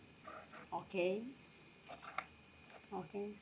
okay okay